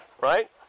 Right